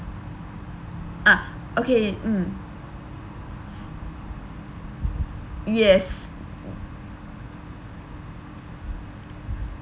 ah okay mm yes